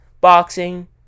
boxing